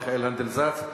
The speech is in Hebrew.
מחוץ לעולם הזה של,